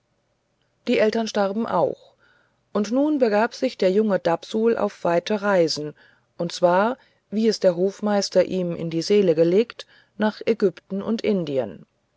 die eltern starben auch und nun begab sich der junge dapsul auf weite reisen und zwar wie es der hofmeister ihm in die seele gelegt nach ägypten und indien